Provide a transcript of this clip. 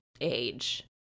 age